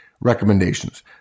recommendations